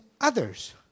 others